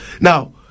Now